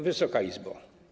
Wysoka Izbo!